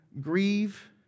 grieve